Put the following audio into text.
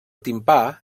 timpà